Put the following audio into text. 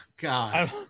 God